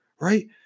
right